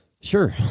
sure